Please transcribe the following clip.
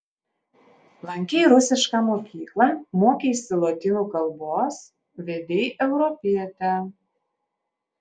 lankei rusišką mokyklą mokeisi lotynų kalbos vedei europietę